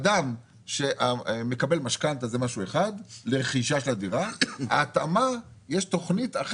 אדם שמקבל משכנתא לרכישה של הדירה זה משהו אחד.